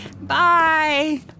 Bye